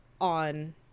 on